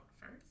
first